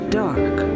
dark